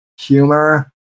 humor